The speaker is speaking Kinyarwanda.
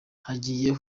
hagiye